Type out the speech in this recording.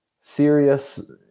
serious